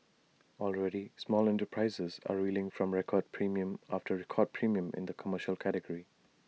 already small enterprises are reeling from record premium after record premium in the commercial category